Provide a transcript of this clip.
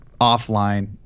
offline